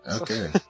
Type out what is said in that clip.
Okay